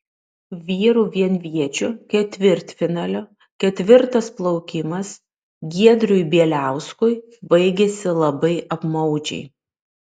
vyrų vienviečių ketvirtfinalio ketvirtas plaukimas giedriui bieliauskui baigėsi labai apmaudžiai